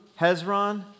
Hezron